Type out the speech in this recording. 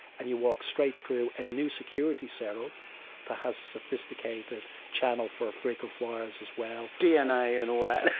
and you walk straight through. and a new security set up that has a sophisticated channel for frequent flyers as well. dna and all that.